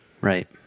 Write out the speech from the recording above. Right